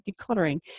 decluttering